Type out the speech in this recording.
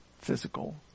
physical